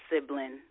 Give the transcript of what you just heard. sibling